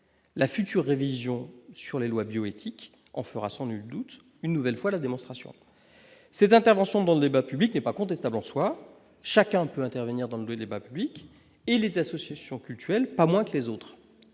la future révision sur les lois bioéthiques, on fera sans nul doute une nouvelle fois la démonstration cette intervention dans le débat public n'est pas contestable en soi, chacun peut intervenir dans le débat public et les associations cultuelles pas moins que les autres,